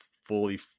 fully